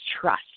trust